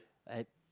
I